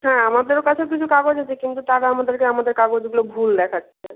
হ্যাঁ আমাদেরও কাছেও কিছু কাগজ আছে কিন্তু তারা আমাদেরকে আমাদের কাগজগুলো ভুল দেখাচ্ছে